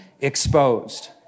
exposed